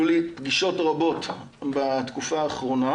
היו לי פגישות רבות בתקופה האחרונה